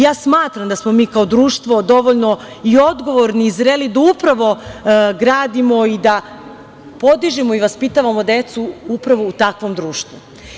Ja smatram da smo mi kao društvo dovoljno i odgovorni i zreli da upravo gradimo i da podižemo i vaspitavamo decu upravo u takvom društvu.